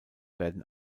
werden